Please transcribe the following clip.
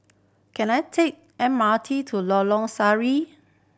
can I take M R T to Lorong Sari